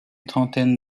trentaine